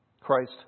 Christ